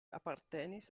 apartenis